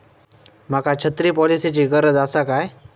माका छत्री पॉलिसिची गरज आसा काय?